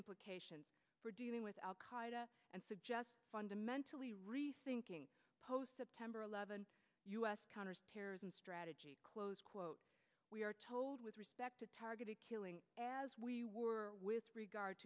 implications for dealing with al qaida and suggests fundamentally rethinking post september eleventh u s counterterrorism strategy close quote we are told with respect to targeted killing as we were with regard